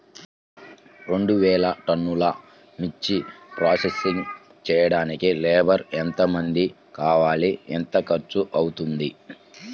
రెండు వేలు టన్నుల మిర్చి ప్రోసెసింగ్ చేయడానికి లేబర్ ఎంతమంది కావాలి, ఖర్చు ఎంత అవుతుంది?